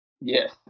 Yes